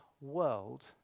world